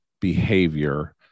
behavior